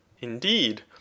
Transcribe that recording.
indeed